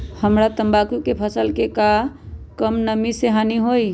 हमरा तंबाकू के फसल के का कम नमी से हानि होई?